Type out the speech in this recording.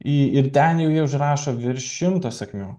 į ir ten jau jie užrašo virš šimto sakmių